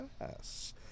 Yes